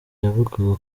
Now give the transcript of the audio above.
yavuga